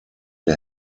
der